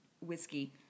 whiskey